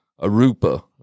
Arupa